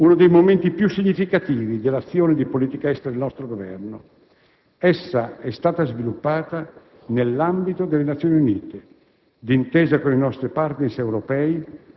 Considero questa decisione uno dei momenti più significativi dell'azione di politica estera del nostro Governo. Essa è stata sviluppata nell'ambito delle Nazioni Unite,